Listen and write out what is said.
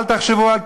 אל תחשבו על קיפוח,